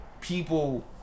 people